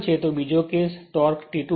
તો બીજો case torque T2 છે